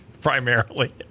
primarily